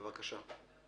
בבקשה.